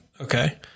Okay